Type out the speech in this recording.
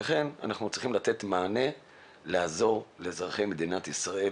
ולכן אנחנו צריכים לתת מענה ולעזור לאזרחי מדינת ישראל,